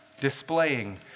displaying